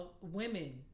women